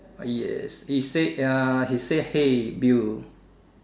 yes it said ya he said hey Bill